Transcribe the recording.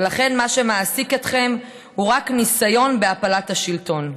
ולכן מה שמעסיק אתכם הוא רק ניסיון להפלת השלטון.